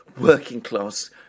working-class